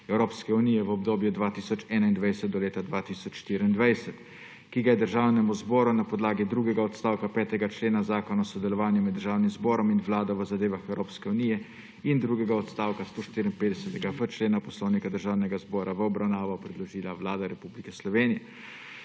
Evropske unije v obdobju 2021–2024, ki ga je Državnemu zboru na podlagi drugega odstavka 5. člena Zakona o sodelovanju med državnim zborom in vlado v zadevah Evropske unije in drugega odstavka 154.f člena Poslovnika Državnega zbora v obravnavo predložila Vlada Republike Slovenije.